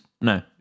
No